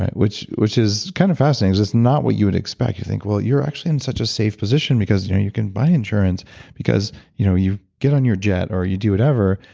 which which is kind of fascinating. it's not what you would expect you think, well, you're actually in such a safe position because you know you can buy insurance because you know you get on your jet or you do whatever.